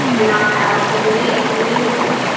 we're not bad because we need we need a break,